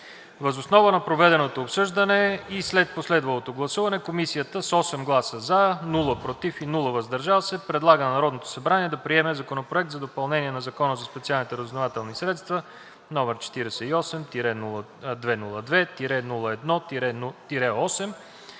Въз основа на проведеното обсъждане и след последвалото гласуване Комисията с 8 гласа „за“, без „против“ и „въздържал се“, предлага на Народното събрание да приеме Законопроект за допълнение на Закона за специалните разузнавателни средства, № 48-202-01-8,